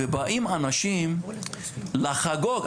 ובאים אנשים לחגוג.